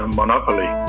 monopoly